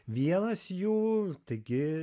vienas jų taigi